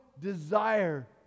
desire